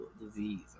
disease